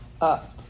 up